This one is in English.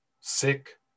sick